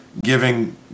giving